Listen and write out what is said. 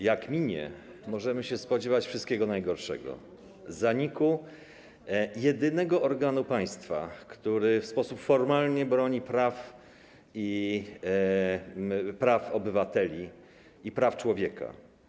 Jak minie, możemy się spodziewać wszystkiego najgorszego, zaniku jedynego organu państwa, który w sposób formalny broni praw obywateli i praw człowieka.